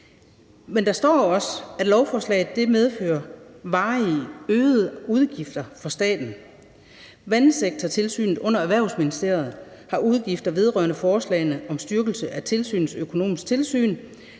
Men der står jo også: »Lovforslaget medfører varige øgede udgifter for staten. Vandsektortilsynet under Erhvervsministeriet har udgifter vedrørende forslagene om styrkelse af tilsynets økonomiske tilsyn.